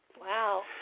wow